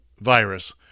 virus